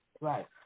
right